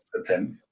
attempt